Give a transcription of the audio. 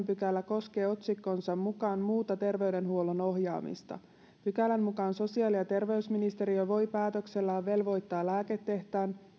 pykälä koskee otsikkonsa mukaan muuta terveydenhuollon ohjaamista pykälän mukaan sosiaali ja terveysministeriö voi päätöksellään velvoittaa lääketehtaan